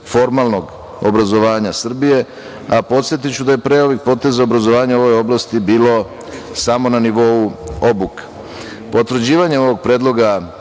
formalnog obrazovanja Srbije, a podsetiću da je pre ovih poteza obrazovanje u ovoj oblasti bilo samo na nivou obuka. Potvrđivanjem ovog predloga